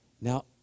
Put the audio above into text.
Now